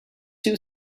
too